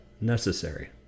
necessary